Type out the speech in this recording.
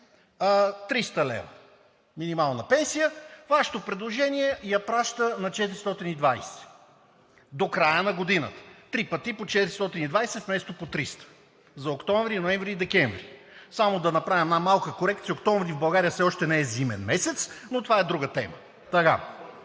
днес – минимална пенсия 300 лв. Вашето предложение я праща на 420 лв. до края на годината – три пъти по 420, вместо по 300 за октомври, ноември и декември. Само да направя една малка корекция – октомври в България все още не е зимен месец, но това е друга тема.